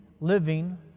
living